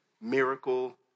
miracle